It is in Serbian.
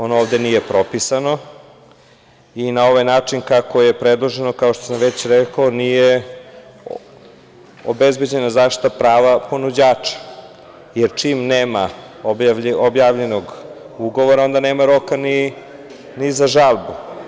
Ono ovde nije propisano i na ovaj način kako je predloženo, kao što sam već rekao nije obezbeđena zaštita prava ponuđača, jer čim nema objavljenog ugovora onda nema roka ni za žalbu.